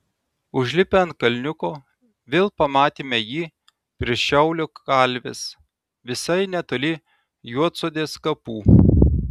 užlipę ant kalniuko vėl pamatėme jį prie šiaulio kalvės visai netoli juodsodės kapų